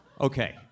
Okay